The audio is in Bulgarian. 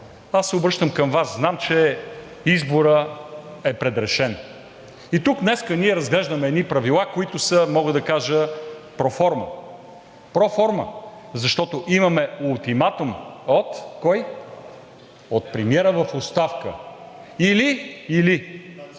аз се обръщам към Вас. Знам, че изборът е предрешен. И тук днес ние разглеждаме едни правила, които са, мога да кажа, проформа. Проформа! Защото имаме ултиматум от кого? От премиера в оставка – или, или!